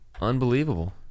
Unbelievable